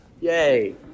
Yay